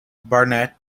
baronet